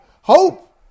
hope